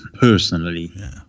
personally